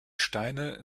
steine